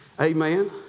Amen